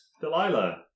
Delilah